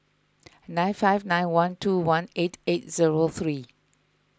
nine five nine one two one eight eight zero three